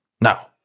Now